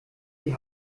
die